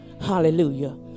Hallelujah